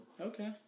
Okay